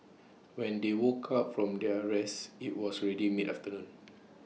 when they woke up from their rest IT was already mid afternoon